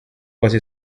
quasi